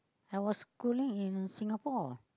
I was schooling in Singapore